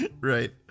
Right